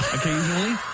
occasionally